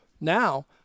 now